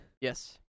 Yes